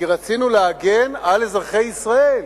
כי רצינו להגן על אזרחי ישראל.